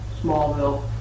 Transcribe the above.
Smallville